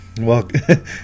Welcome